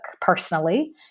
personally